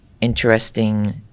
interesting